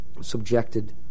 subjected